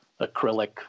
acrylic